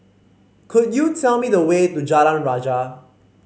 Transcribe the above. could you tell me the way to Jalan Rajah